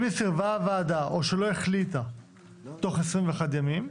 אם היא סירבה הוועדה או שלא החליטה תוך 21 ימים,